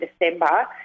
December